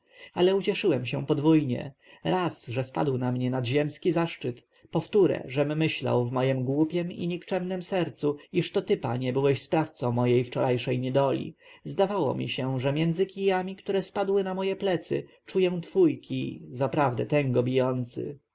ale ucieszyłem się podwójnie raz że spadł na mnie nadziemski zaszczyt powtóre żem myślał w mojem głupiem i nikczemnem sercu iż to ty panie byłeś sprawcą mojej wczorajszej niedoli zdawało mi się że między kijami które spadły na moje plecy czuję twój kij zaprawdę tęgo